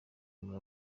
muri